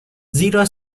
زیرا